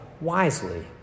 wisely